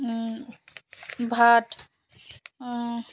Bhatt